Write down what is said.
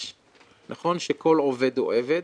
נכון שכל עובד הוא עבד,